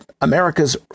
America's